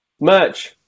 Merch